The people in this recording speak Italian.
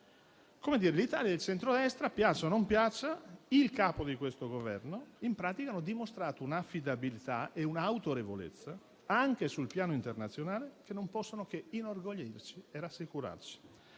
perché l'Italia e il centrodestra, piaccia o non piaccia, e il Capo di questo Governo hanno dimostrato un'affidabilità e un'autorevolezza anche sul piano internazionale, che non possono che inorgoglirci e rassicurarci.